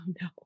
no